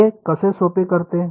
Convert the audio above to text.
हे कसे सोपे करते